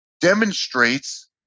demonstrates